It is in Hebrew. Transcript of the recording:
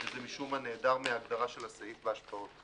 וזה משום מה נעדר מההגדרה של הסעיף בהשפעות.